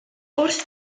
wrth